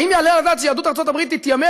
האם יעלה על הדעת שיהדות ארצות הברית תתיימר